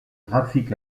trafic